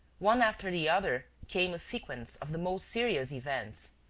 one after the other, came a sequence of the most serious events,